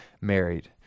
married